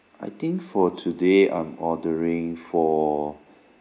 I think for today I'm ordering for